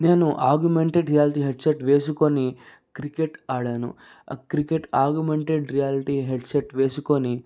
నేను augmented reality headset వేసుకొని cricket ఆడాను క్రికెట్ ఆగ్మెంటెడ్ రియాలిటీ వేసుకొని హెడ్సెట్ వేసుకొని